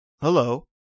Hello